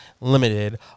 Limited